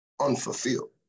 unfulfilled